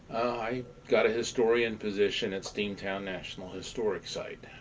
i got a historian position at steamtown national historic site.